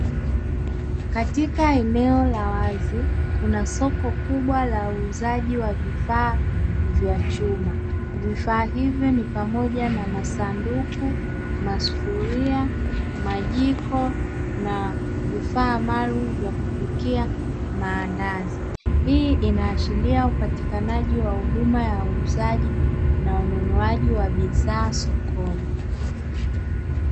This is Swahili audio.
Katika eneo la wazi kuna soko kubwa la uuzaji wa vifaa vya chuma vifaa hivyo ni pamoja na masanduku, masufuria, majiko na vifaa maalumu vya kupikia maandazi. Hii inaashiria upatikanaji wa huduma ya uuzaji na ununuaji wa bidhaa sokoni.